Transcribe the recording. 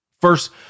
first